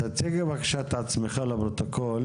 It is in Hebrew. תציג את עצמך לפרוטוקול